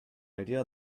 idea